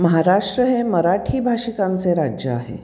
महाराष्ट्र हे मराठी भाषिकांचे राज्य आहे